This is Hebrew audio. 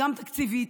גם תקציבית,